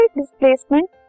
Displacement